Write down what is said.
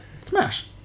Smash